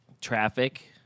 Traffic